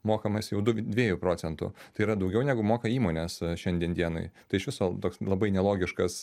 mokamas jau du dviejų procentų tai yra daugiau negu moka įmonės šiandien dienai tai iš viso toks labai nelogiškas